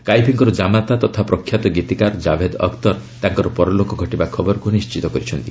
କାଇଫିଙ୍କର ଜାମାତା ତଥା ପ୍ରଖ୍ୟାତ ଗୀତିକାର ଜାଭେଦ୍ ଅଖ୍ତର ତାଙ୍କର ପରଲୋକ ଘଟିବା ଖବରକୁ ନିଶ୍ଚିତ କରିଛନ୍ତି